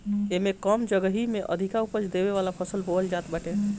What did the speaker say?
एमे कम जगही में अधिका उपज देवे वाला फसल बोअल जात बाटे